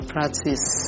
Practice